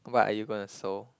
what are you gonna sew